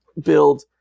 build